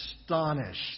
astonished